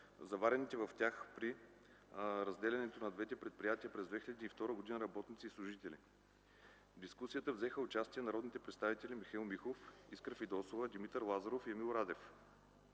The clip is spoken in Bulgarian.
заварените в тях при разделянето на двете предприятия през 2002 г. работници и служители. В дискусията взеха участие народните представители Михаил Миков, Искра Фидосова, Димитър Лазаров и Емил Радев.